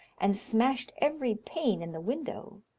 and smashed every pane in the window.